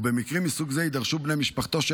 ובמקרים מסוג זה יידרשו בני משפחתו של